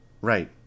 Right